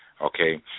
okay